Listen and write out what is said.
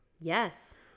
yes